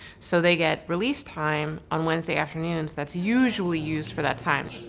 so they get release time on wednesday afternoons that's usually used for that time.